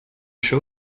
show